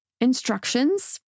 instructions